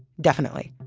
definitely.